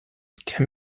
can